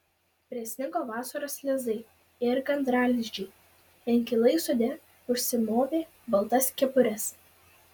prisnigo vasaros lizdai ir gandralizdžiai inkilai sode užsimovė baltas kepures